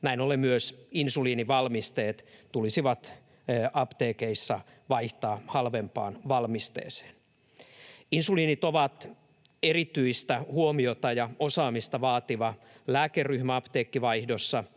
näin ollen myös insuliinivalmisteet tulisi apteekeissa vaihtaa halvempaan valmisteeseen. Insuliinit ovat erityistä huomiota ja osaamista vaativa lääkeryhmä apteekkivaihdossa,